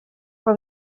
for